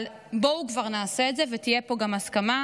אבל בואו כבר נעשה את זה ותהיה פה גם הסכמה.